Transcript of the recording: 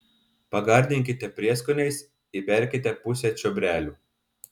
pagardinkite prieskoniais įberkite pusę čiobrelių